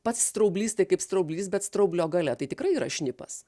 pats straublys tai kaip straublys bet straublio gale tai tikrai yra šnipas